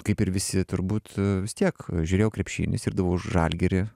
kaip ir visi turbūt vis tiek žiūrėjau krepšinį sirgdavau už žalgirį